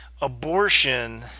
abortion